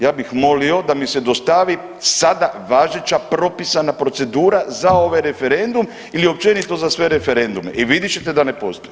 Ja bih moli da mi se dostavi sada važeća propisana procedura za ovaj referendum ili općenito za sve referendume i vidjet ćete da ne postoji.